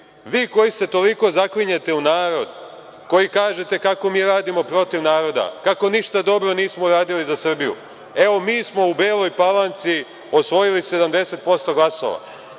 Vi koji se toliko zaklinjete u narod, koji kažete kako mi radimo protiv naroda, kako ništa dobro nismo uradili za Srbiju, evo, mi smo u Beloj Palanci osvojili 70% glasova.